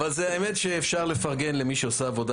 האמת היא שאפשר לפרגן למי שעושה עבודה